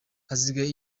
hasigaye